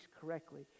correctly